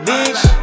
Bitch